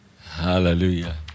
Hallelujah